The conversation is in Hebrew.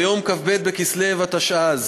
ביום כ"ב בכסלו התשע"ז,